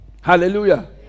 Hallelujah